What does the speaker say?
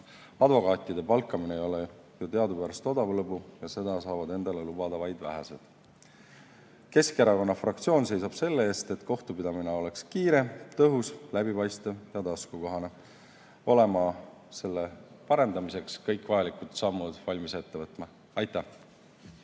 Advokaatide palkamine ei ole teadupärast odav lõbu ja seda saavad endale lubada vaid vähesed. Keskerakonna fraktsioon seisab selle eest, et kohtupidamine oleks kiire, tõhus, läbipaistev ja taskukohane. Oleme valmis selle parendamiseks kõik vajalikud sammud ette võtma. Aitäh!